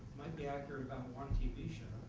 be accurate about one tv show